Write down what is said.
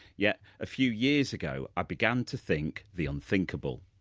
yet, a few years ago i began to think the unthinkable.